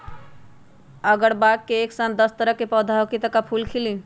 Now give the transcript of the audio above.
अगर बाग मे एक साथ दस तरह के पौधा होखि त का फुल खिली?